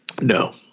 No